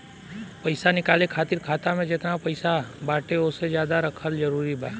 पईसा निकाले खातिर खाता मे जेतना पईसा बाटे ओसे ज्यादा रखल जरूरी बा?